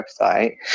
website